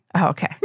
Okay